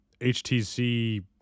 HTC